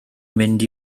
mynd